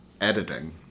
editing